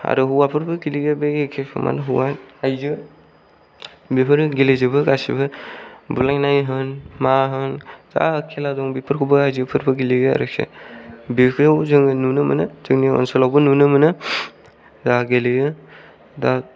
आरो हौवाफोरबो गेलेयो बे एखेखौनो आयजो बेफोरो गेलेजोबो गासैबो बुलायनाय होन मा होन जा खेलाफोर दं बेफोरखौबो आयजोफोरबो गेलेयो आरोखि बेफोराव जोङो नुनो मोनो जोंनि ओनसोलावबो नुनो मोनो दा गेलेयो दा